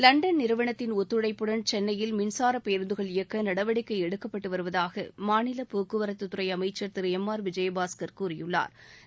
London நிறுவனத்தின் ஒத்துழைப்புடன் சென்னையில் மின்சார பேருந்துகள் இயக்க நடவடிக்கை எடுக்கப்பட்டு வருவதாக மாநில போக்குவரத்துத் துறை அமைச்ச் திரு எம் ஆர் விஜயபாஸ்கள் கூறியுள்ளா்